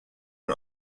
are